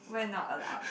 we're not allowed